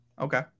Okay